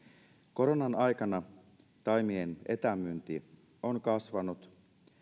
koronan aikana taimien etämyynti on kasvanut